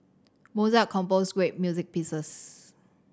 Mozart composed great music pieces